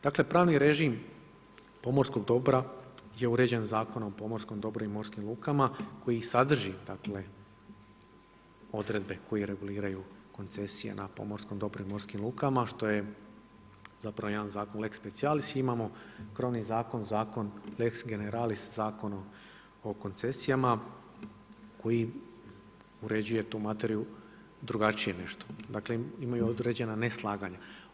Dakle pravni režim pomorskog dobra je uređen Zakonom o pomorskom dobru i morskim lukama koji sadrži odredbe koje reguliraju koncesije na pomorskom dobru i morskim lukama, što je jedan lex specialis i imamo krovni zakon, Zakon lex generalis Zakona o koncesijama koji uređuje tu materiju drugačije nešto, dakle imaju određena neslaganja.